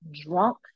drunk